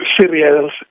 serials